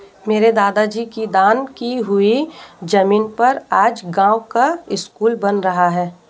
मेरे दादाजी की दान की हुई जमीन पर आज गांव का स्कूल बन रहा है